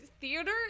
theater